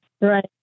Right